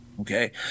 Okay